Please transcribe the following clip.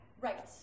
Right